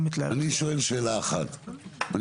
אחת.